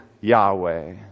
yahweh